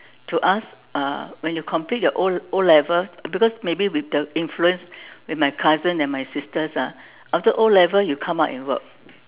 to us uh when you complete your O~ O-level because may be with the influence with my cousin and my sisters ah after O-level you come out and work